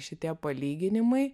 šitie palyginimai